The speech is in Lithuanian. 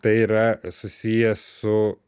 tai yra susiję su